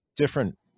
Different